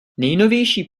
nejnovější